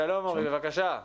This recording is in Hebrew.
בבקשה.